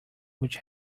which